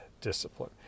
discipline